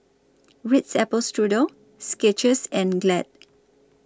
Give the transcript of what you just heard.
Ritz Apple Strudel Skechers and Glad